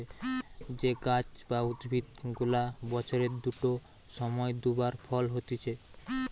যে গাছ বা উদ্ভিদ গুলা বছরের দুটো সময় দু বার ফল হতিছে